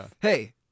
Hey